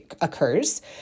occurs